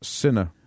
sinner